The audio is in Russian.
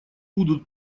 будут